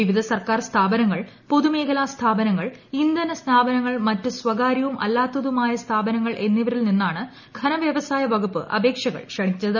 വിവിധ സർക്കാർ സ്ഥാപനങ്ങൾ പൊതുമേഖലാ സ്ഥാപനങ്ങൾ ഇന്ധന സ്ഥാപനങ്ങൾ മറ്റ് സ്വകാര്യവും അല്ലാത്തതുമായ സ്ഥാപനങ്ങൾ എന്നിവരിൽ നിന്നാണ് ഖനവ്യവസായ വകുപ്പ് അപ്പേക്ഷകൾ ക്ഷണിച്ചത്